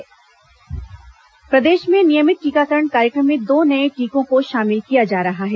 नए टीका प्रदेश में नियमित टीकाकरण कार्यक्रम में दो नए टीकों को शामिल किया जा रहा है